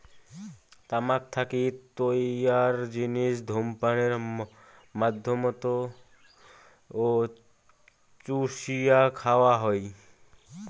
তামাক থাকি তৈয়ার জিনিস ধূমপানের মাধ্যমত ও চুষিয়া খাওয়া হয়